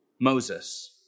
Moses